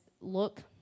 look